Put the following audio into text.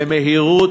במהירות,